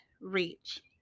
reach